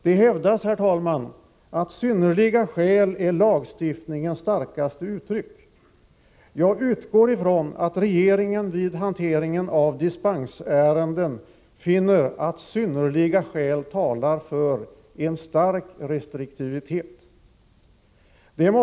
Det hävdas, att ”synnerliga skäl” är lagstiftningens starkaste uttryck. Jag utgår ifrån att regeringen vid hanteringen av dispensärenden finner att ”synnerliga skäl” talar för en stark restriktivitet.